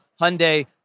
Hyundai